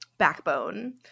backbone